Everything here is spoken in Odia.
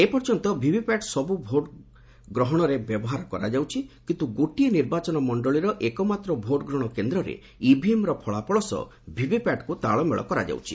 ଏପର୍ଯ୍ୟନ୍ତ ଭିଭିପିଏଟି ସବୁ ଭୋଟ୍ଗ୍ରହଣରେ ବ୍ୟବହାର କରାଯାଉଛି କିନ୍ତୁ ଗୋଟିଏ ନିର୍ବାଚନ ମଣ୍ଡଳୀର ଏକମାତ୍ର ଭୋଟ୍ଗ୍ରହଣ କେନ୍ଦ୍ରରେ ଇଭିଏମ୍ର ଫଳାଫଳ ସହ ଭିଭିପିଏଟିକୁ ତାଳମେଳ କରାଯାଉଛି